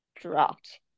dropped